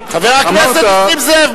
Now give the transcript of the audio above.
חבר הכנסת נסים זאב,